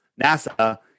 NASA